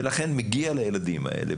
לכן מגיע לילדים האלה,